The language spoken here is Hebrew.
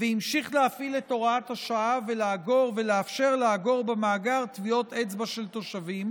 והמשיך להפעיל את הוראת השעה ולאפשר לאגור במאגר טביעות אצבע של תושבים